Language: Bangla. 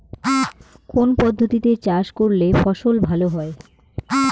কোন পদ্ধতিতে চাষ করলে ফসল ভালো হয়?